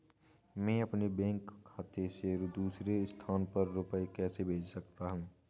मैं अपने बैंक खाते से दूसरे स्थान पर रुपए कैसे भेज सकता हूँ?